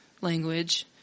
language